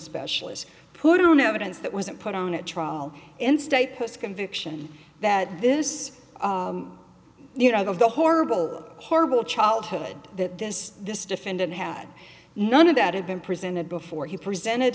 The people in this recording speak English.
specialist put on evidence that wasn't put on at trial in state post conviction that this you know of the horrible horrible childhood that this this defendant had none of that had been presented before he presented